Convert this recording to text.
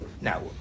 Now